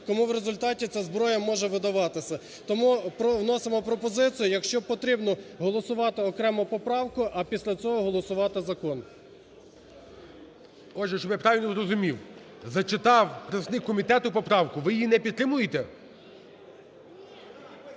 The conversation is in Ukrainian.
кому в результаті ця зброя може видаватися. Тому вносимо пропозицію: якщо потрібно, голосувати окремо поправку, а після цього голосувати закон. ГОЛОВУЮЧИЙ. Отже, щоби правильно зрозумів, зачитав представник комітету поправку, ви її не підтримуєте?